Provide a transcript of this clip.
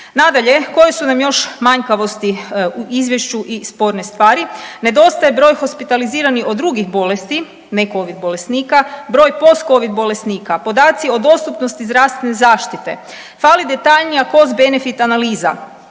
Nadalje, koje su nam još manjkavosti u izvješću i sporne stvari? Nedostaje broj hospitaliziranih od drugih bolesti, ne covid bolesnika, broj postcovid bolesnika, podaci o dostupnosti zdravstvene zaštite, fali detaljnija postbenefit analiza.